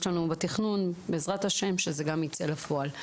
יש תכנון כזה ובעזרת השם זה גם יצא לפועל.